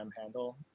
handle